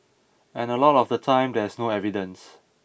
and a lot of the time there's no evidence